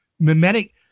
Mimetic